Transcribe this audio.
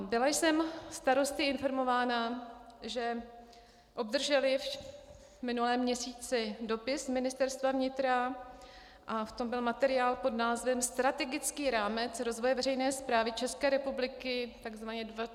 Byla jsem starosty informována, že obdrželi v minulém měsíci dopis z Ministerstva vnitra a v tom byl materiál pod názvem Strategický rámec rozvoje veřejné správy České republiky, takzvaně 2014 plus.